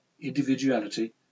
individuality